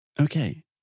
okay